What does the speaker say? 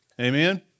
Amen